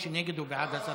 מי שנגד הוא בעד הסרה.